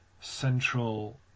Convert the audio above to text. central